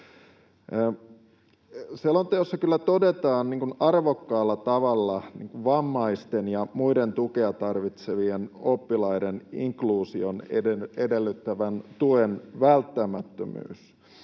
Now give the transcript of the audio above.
Selonteossa kyllä todetaan arvokkaalla tavalla vammaisten ja muiden tukea tarvitsevien oppilaiden inkluusion edellyttävän tuen välttämättömyys.